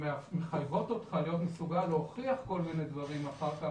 שמחייבות אותך להיות מסוגל להוכיח כל מיני דברים אחר כך.